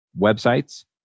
websites